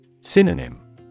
Synonym